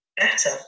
better